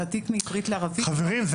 התעתיק מעברית לערבית --- חברים,